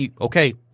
Okay